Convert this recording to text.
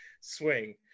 swing